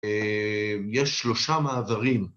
‫יש שלושה מעברים.